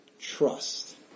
trust